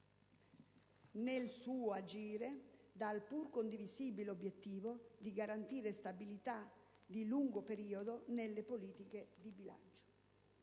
nel suo agire dal pur condivisibile obiettivo di garantire stabilità di lungo periodo nelle politiche di bilancio.